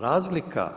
Razlika